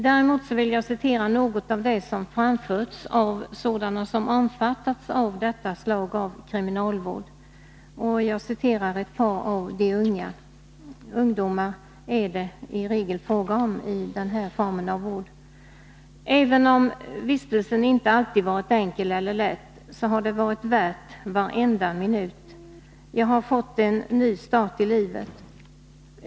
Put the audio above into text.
Jag vill däremot citera något av det som framförts av sådana som omfattas av detta slag av kriminalvård. Jag citerar ett par av de unga — det är i regel fråga om ungdomar i denna form av vård: ”Även om vistelsen inte alltid varit enkel eller lätt så har det varit värt varenda minut. Jag har fått en ny start i livet.